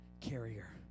carrier